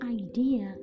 idea